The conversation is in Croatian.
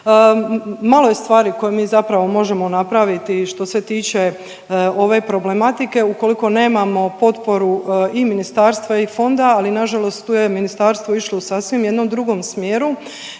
Malo je stvari koje mi zapravo možemo napraviti i što se tiče ove problematike ukoliko nemamo potporu i ministarstva i fonda, ali na žalost tu je ministarstvo išlo u sasvim jednom drugom smjeru